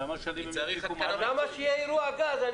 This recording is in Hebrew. למה שיהיה אירוע גז?